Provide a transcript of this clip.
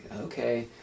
Okay